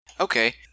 Okay